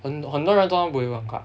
很很多人说 movie 不好看